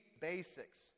basics